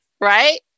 right